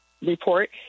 report